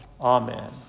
Amen